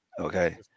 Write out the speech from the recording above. Okay